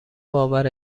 باور